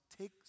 take